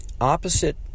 opposite